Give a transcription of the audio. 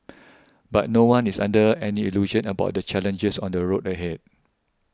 but no one is under any illusion about the challenges on the road ahead